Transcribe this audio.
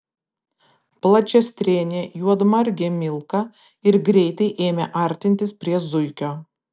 plačiastrėnė juodmargė milka ir greitai ėmė artintis prie zuikio